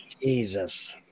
Jesus